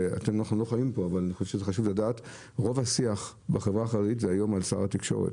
חשוב לדעת שכיום רוב השיח בחברה החרדית הוא על שר התקשורת,